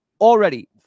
Already